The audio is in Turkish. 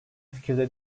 fikirde